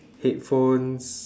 headphones